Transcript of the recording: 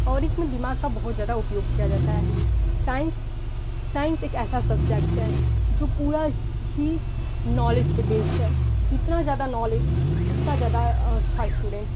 और इसमें दिमाग का बहुत ज़्यादा उपयोग किया जाता है साइंस साइंस एक ऐसा सब्जेक्ट्स है जो पूरा ही नोलेज पर बेस्ड है जितना ज़्यादा नॉलेज उतना ज़्यादा अच्छा स्टूडेंटस